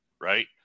right